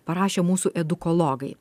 parašė mūsų edukologai